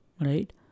right